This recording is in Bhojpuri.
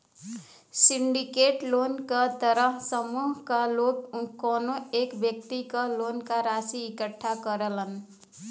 सिंडिकेट लोन क तहत समूह क लोग कउनो एक व्यक्ति क लोन क राशि इकट्ठा करलन